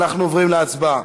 אנחנו עוברים להצבעה.